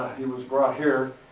he was brought here,